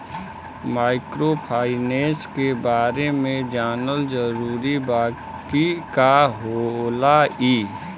Microfinance के बारे में जानल जरूरी बा की का होला ई?